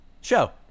Show